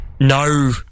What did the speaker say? no